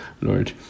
Lord